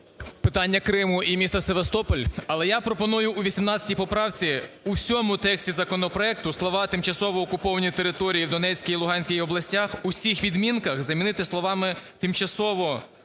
питання Криму і міста Севастополь, але я пропоную у 18 поправці у всьому тексті законопроекту слова "тимчасово окуповані території в Донецькій і Луганській областях" у всіх відмінках замінити словами "тимчасово